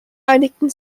einigten